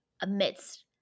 amidst